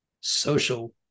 social